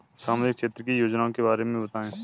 सामाजिक क्षेत्र की योजनाओं के बारे में बताएँ?